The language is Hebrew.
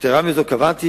קבעתי